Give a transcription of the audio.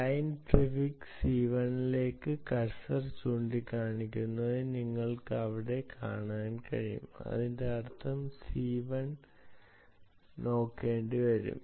client prefix C 1 ലേക്ക് cursor ചൂണ്ടിക്കാണിക്കുന്നത് നിങ്ങൾക്ക് അവിടെ കാണാൻ കഴിയും അതിനർത്ഥം ഇതിന് സി 1 നോക്കേണ്ടിവരും